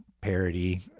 parody